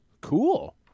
Cool